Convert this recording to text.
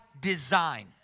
design